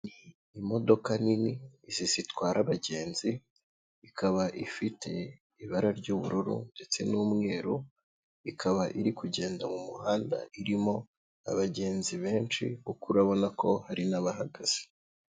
Imodoka nini, izi zitwara abagenzi, ikaba ifite ibara ry'ubururu ndetse n'umweru, ikaba iri kugenda mu muhanda irimo abagenzi benshi, kuko urabona ko hari n'abahagaze.